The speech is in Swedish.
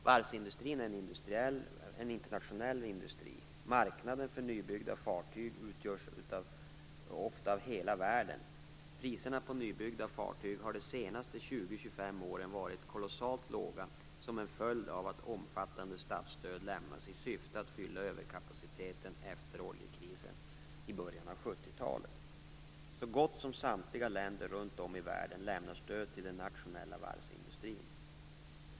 Varvsindustrin är en internationell industri. Marknaden för nybyggda fartyg utgörs ofta av hela världen. Priserna på nybyggda fartyg har de senaste 20-25 åren varit kolossalt låga som en följd av att omfattande statsstöd lämnats i syfte att fylla överkapaciteten efter oljekrisen i början av 1970-talet. Så gott som samtliga länder runt om i världen lämnar stöd till den nationella varvsindustrin.